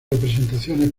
representaciones